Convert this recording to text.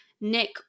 Nick